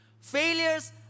Failures